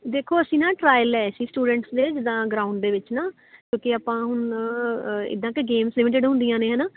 ਦੇਖੋ ਅਸੀਂ ਨਾ ਟਰਾਇਲ ਲਏ ਸੀ ਸਟੂਡੈਂਟਸ ਨੇ ਜਿੱਦਾਂ ਗਰਾਊਂਡ ਦੇ ਵਿੱਚ ਨਾ ਕਿਉਂਕਿ ਆਪਾਂ ਹੁਣ ਇੱਦਾਂ ਅਤੇ ਗੇਮ ਸੇਮ ਜਿਹੜੇ ਹੁੰਦੀਆਂ ਨੇ ਹੈ ਨਾ ਅਤੇ ਆਪਾਂ ਟਰਾਇਲ ਲਏ ਸੀਗੇ